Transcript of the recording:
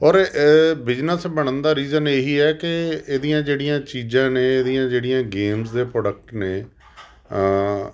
ਔਰ ਬਿਜਨਸ ਬਣਨ ਦਾ ਰੀਜ਼ਨ ਇਹੀ ਹੈ ਕਿ ਇਹਦੀਆਂ ਜਿਹੜੀਆਂ ਚੀਜ਼ਾਂ ਨੇ ਇਹਦੀਆਂ ਜਿਹੜੀਆਂ ਗੇਮਸ ਦੇ ਪ੍ਰੋਡਕਟ ਨੇ